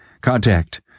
contact